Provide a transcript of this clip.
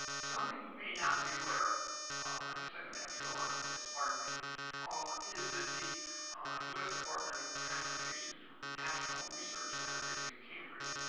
something you may not be aware of i guess i'm going to have to go on with this, pardon me ah is that the us department of transportation's national research center is in cambridge.